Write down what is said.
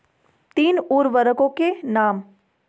तीन उर्वरकों के नाम?